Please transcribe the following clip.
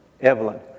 Evelyn